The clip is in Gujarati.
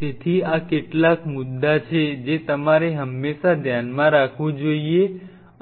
તેથી આ કેટલાક મુદ્દા છે જે તમારે હંમેશા ધ્યાનમાં રાખવું જોઈએ